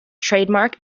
trademark